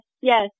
yes